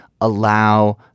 allow